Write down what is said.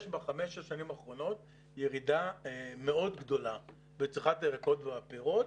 יש בחמש השנים האחרונות ירידה מאוד גדולה בצריכת הירקות והפירות